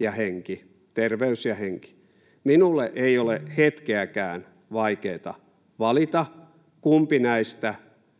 ja henki, terveys ja henki, niin minulle ei ole hetkeäkään vaikeata valita, kumpi näistä